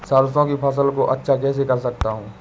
सरसो की फसल को अच्छा कैसे कर सकता हूँ?